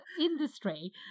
industry